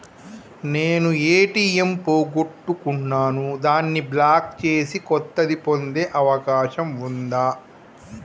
నేను ఏ.టి.ఎం పోగొట్టుకున్నాను దాన్ని బ్లాక్ చేసి కొత్తది పొందే అవకాశం ఉందా?